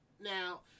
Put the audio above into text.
Now